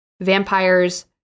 vampires